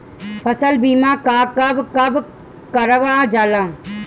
फसल बीमा का कब कब करव जाला?